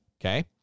okay